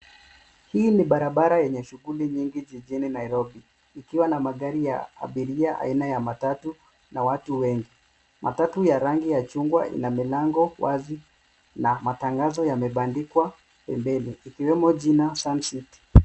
Hii ni barabara yenye shughuli nyingi ijini Nairobi ikiwa na magari ya abiria aina ya matatu na watu wengi. Matatu ya rangi ya chungwa ina milango wazi na matangazo yamebandikwa mbele ikiwemo jina suncity.